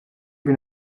bir